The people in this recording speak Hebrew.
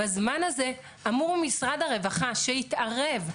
בזמן הזה אמור משרד הרווחה להתערב.